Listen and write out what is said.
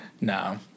No